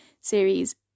series